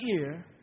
ear